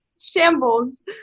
shambles